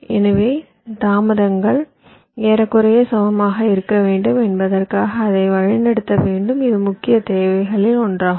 எனவே தாமதங்கள் ஏறக்குறைய சமமாக இருக்க வேண்டும் என்பதற்காக அதை வழிநடத்த வேண்டும் இது முக்கிய தேவைகளில் ஒன்றாகும்